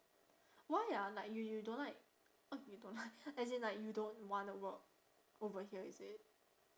why ah like you you don't like oh you don't like as in like you don't want to work over here is it